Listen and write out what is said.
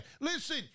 Listen